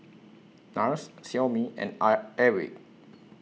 Nars Xiaomi and Airwick